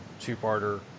two-parter